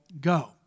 go